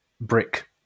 Brick